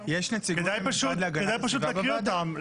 כדאי פשוט לקריא אותם.